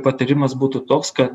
patarimas būtų toks kad